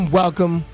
welcome